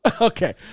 Okay